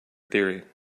theory